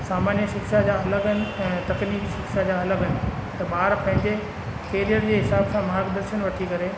सामान्य शिक्षा जा अलॻि आहिनि ऐं तकनीकी शिक्षा जा अलॻि आहिनि त ॿार पंहिंजे कैरियर जे हिसाब सां मार्ग दर्शन वठी करे